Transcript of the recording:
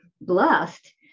blessed